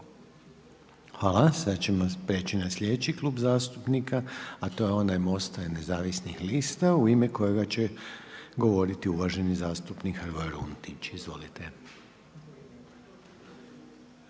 Hvala. Sad ćemo prijeći na sljedeći Klub zastupnika, a to je onaj Mosta i nezavisnih lista u ime kojega će govoriti uvaženi zastupnik Hrvoje Runtić. Izvolite.